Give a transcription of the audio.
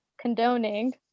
condoning